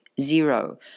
zero